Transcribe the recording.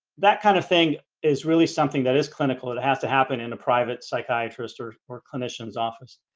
that kind of thing is really something that is clinical. it it has to happen in a private psychiatrist or or clinicians office,